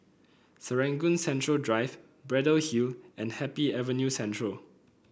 Serangoon Central Drive Braddell Hill and Happy Avenue Central